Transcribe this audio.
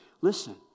Listen